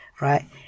Right